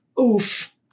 oof